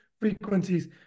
frequencies